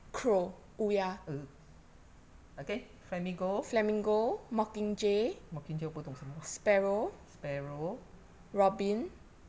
uh again flamingo mockingjay 我不懂什么 sparrow